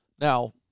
Now